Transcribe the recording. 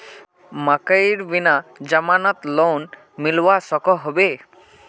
मकईर बिना जमानत लोन मिलवा सकोहो होबे?